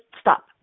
stop